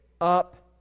up